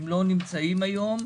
הם לא נמצאים היום.